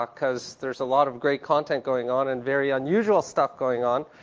because there's a lot of great content going on, and very unusual stuff going on.